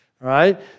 right